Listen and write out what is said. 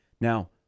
Now